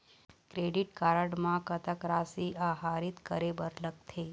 Credit card म कतक राशि आहरित करे बर लगथे?